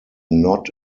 not